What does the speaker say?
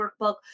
Workbook